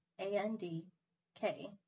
A-N-D-K